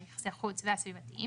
יחסי החוץ והסביבתיים